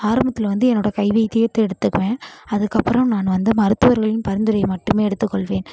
ஆரம்பத்தில் வந்து என்னோட கைவைத்தியத்தை எடுத்துக்குவேன் அதுக்கப்புறம் நான் வந்து மருத்துவர்களின் பரிந்துரையை மட்டும் எடுத்து கொள்வேன்